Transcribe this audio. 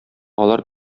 алар